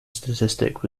statistic